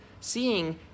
seeing